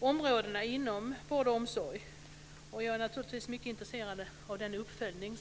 områdena inom vård och omsorg. Jag är naturligtvis mycket intresserad av den uppföljning